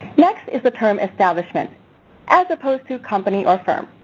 next is the term establishment as opposed to company or firm.